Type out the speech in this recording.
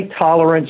tolerance